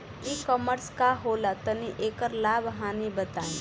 ई कॉमर्स का होला तनि एकर लाभ हानि बताई?